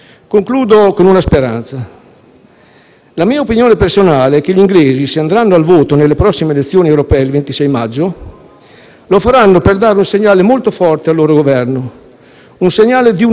La mia opinione personale è che gli inglesi, se andranno al voto nelle prossime elezioni europee il 26 maggio, lo faranno per dare un segnale molto forte al loro Governo, un segnale di unità, un segnale europeista.